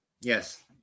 Yes